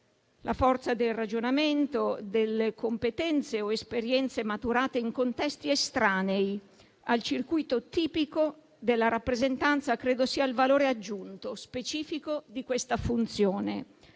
La forza del ragionamento, delle competenze o esperienze maturate in contesti estranei al circuito tipico della rappresentanza credo sia il valore aggiunto specifico di questa funzione,